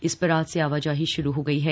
इस पर आज से आवाजाही श्रू हो गयी है